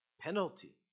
penalty